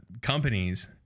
companies